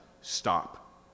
stop